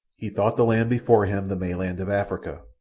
he thought the land before him the mainland of africa,